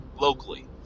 locally